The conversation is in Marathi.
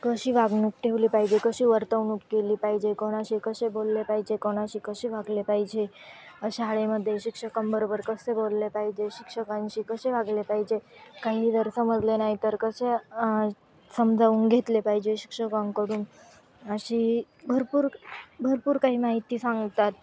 कशी वागणूक ठेवली पाहिजे कशी वर्तवणूक केली पाहिजे कोणाशी कसे बोलले पाहिजे कोणाशी कसे वागले पाहिजे शाळेमध्ये शिक्षकांबरोबर कसे बोलले पाहिजे शिक्षकांशी कसे वागले पाहिजे काही जर समजले नाही तर कसे समजावून घेतले पाहिजे शिक्षकांकडून अशी भरपूर भरपूर काही माहिती सांगतात